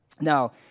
Now